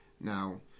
Now